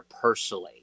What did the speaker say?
personally